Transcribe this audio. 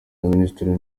minisitiri